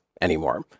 anymore